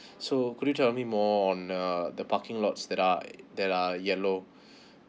so could you tell me more on uh the parking lots that's are that are yellow